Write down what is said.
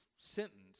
sentence